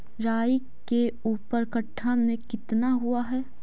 राई के ऊपर कट्ठा में कितना हुआ है?